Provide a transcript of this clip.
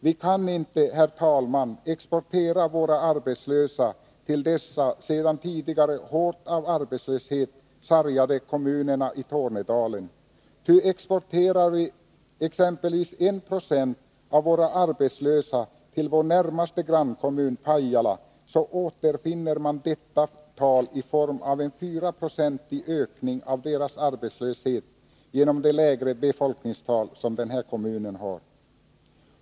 Vi kan inte, herr talman, exportera våra arbetslösa till dessa sedan tidigare av arbetslöshet hårt sargade kommuner i Tornedalen, ty exporterar vi exempelvis 1 26 av våra arbetslösa till vår närmaste grannkommun Pajala, återfinner man detta tal i form av en 4-procentig ökning av 171 deras arbetslöshet genom det lägre befolkningstal som denna kommun har.